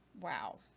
Wow